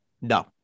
No